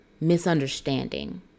misunderstanding